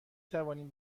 توانیم